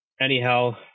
anyhow